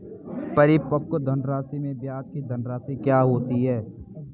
परिपक्व धनराशि में ब्याज की धनराशि क्या होती है?